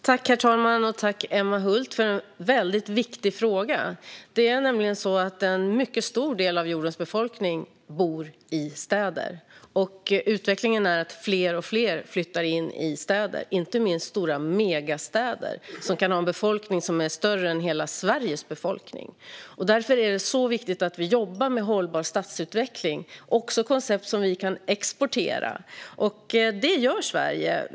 Herr talman! Tack, Emma Hult, för en väldigt viktig fråga! Det förhåller sig nämligen så att en mycket stor del av jordens befolkning bor i städer. Utvecklingen är att fler och fler flyttar in till städer och inte minst till stora megastäder, som kan ha en befolkning som är större än hela Sveriges befolkning. Därför är det väldigt viktigt att vi jobbar med hållbar stadsutveckling, också med koncept som vi kan exportera. Detta gör Sverige.